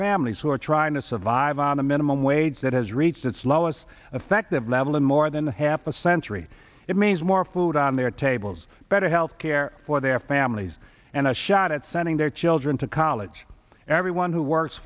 families who are trying to survive on a minimum wage that has reached its lowest affective level in more than half a century it means more food on their tables better health care for their families and a shot at sending their children to college everyone who works